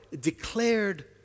declared